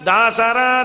Dasara